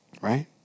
Right